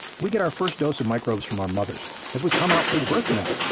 we get our first dose of microbes from our mothers as we come out through the birth canal,